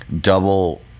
double